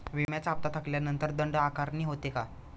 विम्याचा हफ्ता थकल्यानंतर दंड आकारणी होते का?